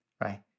right